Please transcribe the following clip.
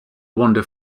wander